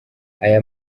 aya